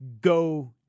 go